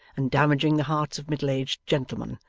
and damaging the hearts of middle-aged gentlemen,